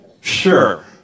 Sure